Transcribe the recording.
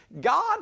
God